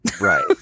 Right